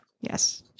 Yes